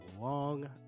long